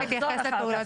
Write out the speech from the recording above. תלמה התייחסה לבינוי,